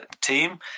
team